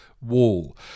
wall